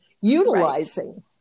utilizing